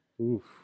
Oof